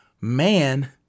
man